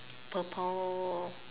purple